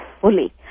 fully